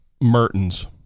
Mertens